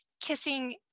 kissing